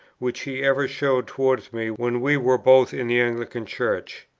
which he ever showed towards me when we were both in the anglican church.